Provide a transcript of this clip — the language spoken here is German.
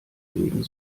leben